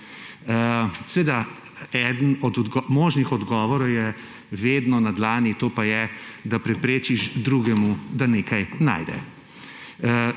Eden od možnih odgovorov je vedno na dlani, to pa je, da preprečiš drugemu, da nekaj najde.